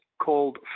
called